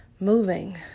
moving